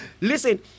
Listen